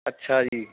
ਅੱਛਾ ਜੀ